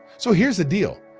so here's the deal.